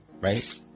right